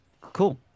Cool